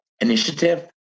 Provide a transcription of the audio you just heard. initiative